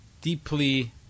deeply